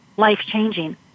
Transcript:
life-changing